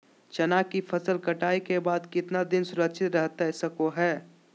चना की फसल कटाई के बाद कितना दिन सुरक्षित रहतई सको हय?